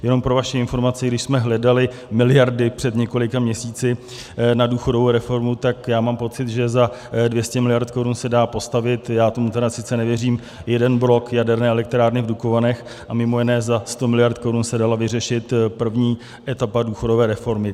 Jenom pro vaši informaci, když jsme hledali miliardy před několika měsíci na důchodovou reformu, tak já mám pocit, že za 200 mld. korun se dá postavit já tomu tedy sice nevěřím jeden blok jaderné elektrárny v Dukovanech a mj. za 100 mld. korun se dala vyřešit první etapa důchodové reformy.